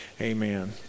Amen